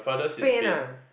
Spain ah